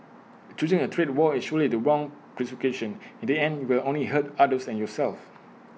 choosing A trade war is surely the wrong prescription in the end you will only hurt others and yourself